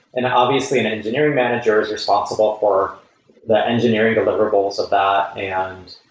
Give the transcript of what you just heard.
and obviously, an engineering manager is responsible for the engineering deliverables of that. and